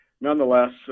nonetheless